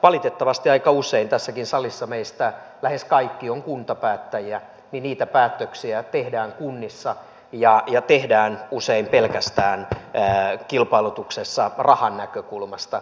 valitettavasti aika usein tässäkin salissa meistä lähes kaikki ovat kuntapäättäjiä niitä päätöksiä tehdään kunnissa ja tehdään usein kilpailutuksessa pelkästään rahanäkökulmasta